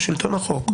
שלטון החוק.